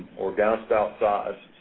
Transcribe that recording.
or downspout size?